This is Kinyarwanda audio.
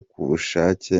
kubushake